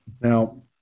Now